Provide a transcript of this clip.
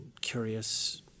curious